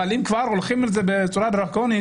אבל אם כבר הולכים לזה בצורה דרקונית,